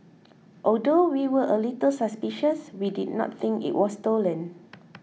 although we were a little suspicious we did not think it was stolen